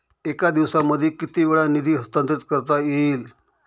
एका दिवसामध्ये किती वेळा निधी हस्तांतरीत करता येईल?